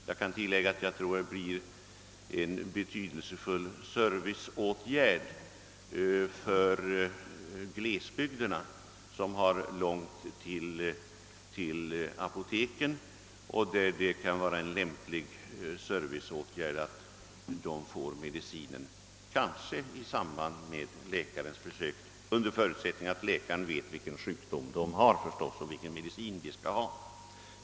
Jag kan tillägga att det i glesbygderna — där man har långt till apoteken — kan vara en lämplig och betydelsefull serviceåtgärd att de sjuka får medicin i samband med läkarens besök; givetvis under förutsättning att läkaren vet vilken sjukdom det gäller och vilken medicin han skall föra med sig.